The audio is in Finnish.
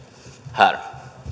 här